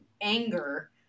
anger